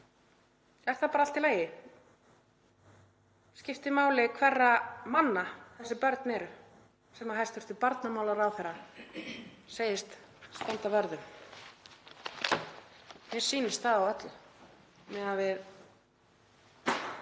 Er það bara allt í lagi? Skiptir máli hverra manna þessi börn eru sem hæstv. barnamálaráðherra segist standa vörð um? Mér sýnist það á öllu, miðað við